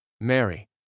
Mary